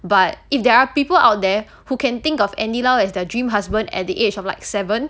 but if there are people out there who can think of andy lau as their dream husband at the age of like seven